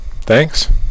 Thanks